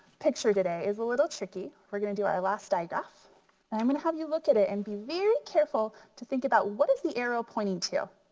picture today is a little tricky. we're gonna do our last diagraph and i'm gonna have you look at it and be very careful to think about what is the arrow pointing to?